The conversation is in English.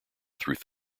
through